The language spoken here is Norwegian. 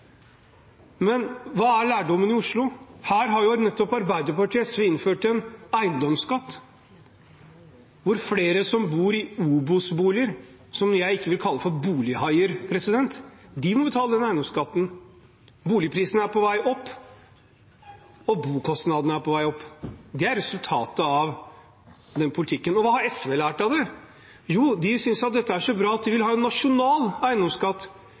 men hva er lærdommen fra Oslo? Her har nettopp Arbeiderpartiet og SV innført en eiendomsskatt, hvor flere som bor i Obos-boliger, som jeg ikke vil kalle for bolighaier, må betale den eiendomsskatten. Boligprisene er på vei opp, og bokostnadene er på vei opp. Det er resultatet av den politikken. Og hva har SV lært av det? Jo, de synes dette er så bra at de vil ha en nasjonal eiendomsskatt,